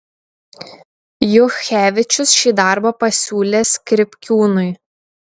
juchevičius šį darbą pasiūlė skripkiūnui